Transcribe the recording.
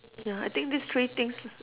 ya I think these three things